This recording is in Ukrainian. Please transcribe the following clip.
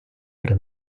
при